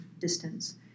distance